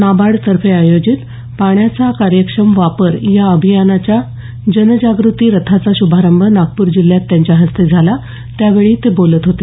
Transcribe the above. नाबार्डतर्फे आयोजित पाण्याचा कार्यक्षम वापर या अभियानाच्या जनजागृती रथाचा श्भारंभ नागपूर जिल्ह्यात त्यांच्या हस्ते झाला त्यावेळी ते बोलत होते